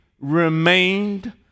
remained